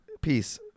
Peace